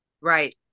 Right